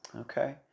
Okay